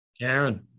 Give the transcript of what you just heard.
Karen